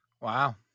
Wow